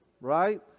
right